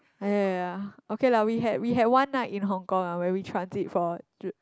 ya ya ya okay lah we had we had one night in hong-kong ah when we transit for